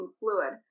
fluid